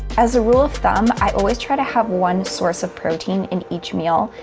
as a rule of thumb, i always try to have one source of protein in each meal,